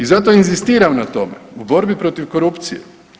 I zato inzistiram na tome u borbi protiv korupcije.